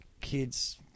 kids